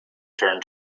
turn